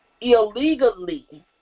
illegally